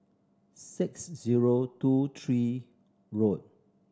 six zero two three